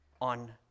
on